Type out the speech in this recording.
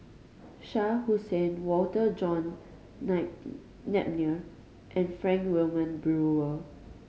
Shah Hussain Walter John Nape Napier and Frank Wilmin Brewer